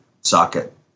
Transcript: socket